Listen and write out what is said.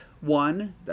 one